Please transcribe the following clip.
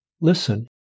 listen